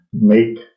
make